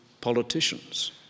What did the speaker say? politicians